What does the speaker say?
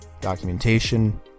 documentation